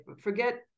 forget